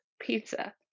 pizza